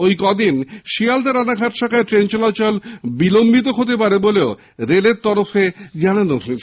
ঐ কদিন শিয়ালদা রাণাঘাট শাখায় ট্রেন চলাচল বিলম্বিত হতে পারে বলেও রেলের তরফে জানানো হয়েছে